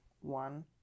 one